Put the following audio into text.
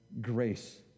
grace